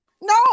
No